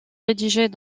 rédigées